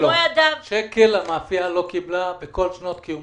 שקל המאפייה לא קיבלה בכל שנות קיומה.